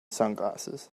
sunglasses